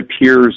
appears